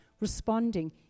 responding